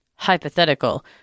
hypothetical